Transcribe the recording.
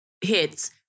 hits